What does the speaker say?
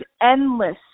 endless